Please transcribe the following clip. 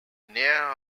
near